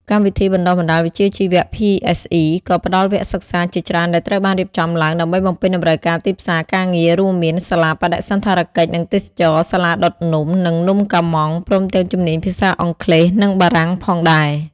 កម្មវិធីបណ្តុះបណ្តាលវិជ្ជាជីវៈ PSE ក៏ផ្តល់វគ្គសិក្សាជាច្រើនដែលត្រូវបានរៀបចំឡើងដើម្បីបំពេញតម្រូវការទីផ្សារការងារ រួមមាន សាលាបដិសណ្ឋារកិច្ច និងទេសចរណ៍ សាលាដុតនំ និងនំកុម្មង់ ព្រមទាំងជំនាញភាសាអង់គ្លេស និងបារាំងផងដែរ។